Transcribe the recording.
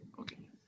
Okay